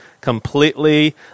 completely